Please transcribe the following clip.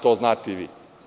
To znate i vi.